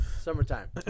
Summertime